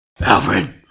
Alfred